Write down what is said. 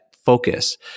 Focus